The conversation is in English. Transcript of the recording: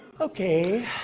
Okay